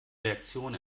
reaktion